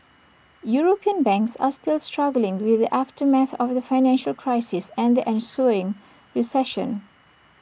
european banks are still struggling with the aftermath of the financial crisis and the ensuing recession